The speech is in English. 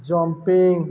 jumping